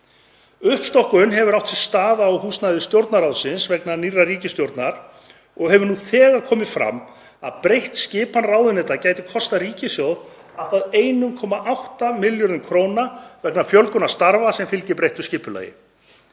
Uppstokkun hefur átt sér stað á húsnæði Stjórnarráðsins vegna nýrrar ríkisstjórnar og hefur nú þegar komið fram að breytt skipan ráðuneyta gæti kostað ríkissjóð allt að 1,8 milljarða kr. vegna fjölgunar starfa sem fylgir breyttu skipulagi.